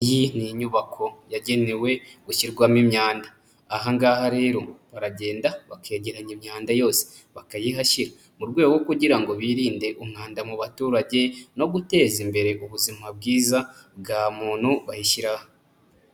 Iyi n'inyubako yagenewe gushyirwamo imyanda, aha ngaha rero baragenda bakegeranya imyanda yose bakayihashyira, mu rwego rwo kugira ngo birinde umwanda mu baturage no guteza imbere ubuzima bwiza bwa muntu bayishyiraha.